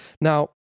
Now